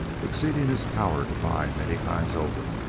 exceeding his power to buy many times over,